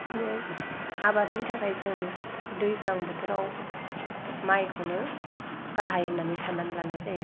दिनै आबादनि थाखाय जों दैज्लां बोथोराव माइखौनो गाहाय होननानै साननानै लानाय जायो